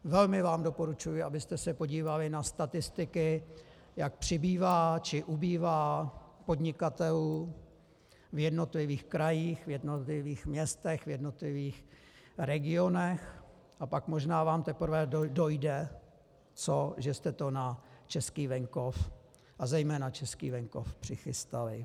Velmi vám doporučuji, abyste se podívali na statistiky, jak přibývá či ubývá podnikatelů v jednotlivých krajích, v jednotlivých městech, v jednotlivých regionech, a pak vám možná teprve dojde, co že jste to na český venkov a zejména český venkov přichystali.